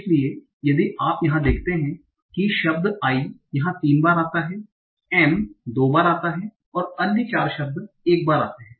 इसलिए यदि आप यहां देखते हैं तो शब्द आई यहा तीन बार आता हैं एम दो बार होता है और अन्य चार शब्द एक बार आते हैं